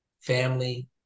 family